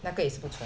那个 is 不错